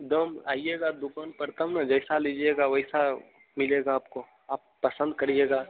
दाम आइएगा दुकान पर तब न जैसा लीजिएगा वैसा मिलेगा आपको आप पसंद करिएगा